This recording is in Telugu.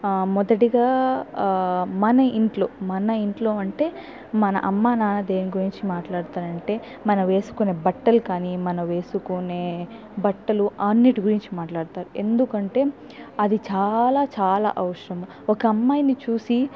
మొదటిగా మన ఇంట్లో మన ఇంట్లో అంటే మన అమ్మా నాన్న దేనిగురించి మాట్లాడతారంటే మనం వేసుకొనే బట్టలు కానీ మనం వేసుకొనే బట్టలు అన్నిటి గురించి మాట్లాడుతారు ఎందుకంటే అది చాలా చాలా అవసరము ఒక అమ్మాయిని చూసి